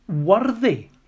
worthy